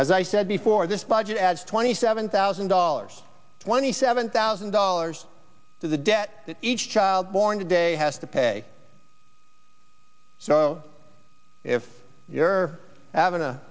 as i said before this budget adds twenty seven thousand dollars twenty seven thousand dollars to the debt that each child born today has to pay if you're having a